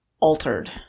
altered